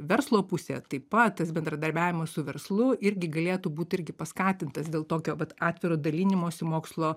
verslo pusė taip pat tas bendradarbiavimas su verslu irgi galėtų būt irgi paskatintas dėl tokio vat atviro dalinimosi mokslo